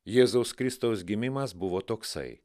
jėzaus kristaus gimimas buvo toksai